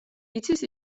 იცის